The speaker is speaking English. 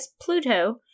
Pluto